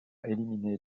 éliminé